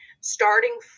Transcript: starting